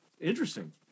Interesting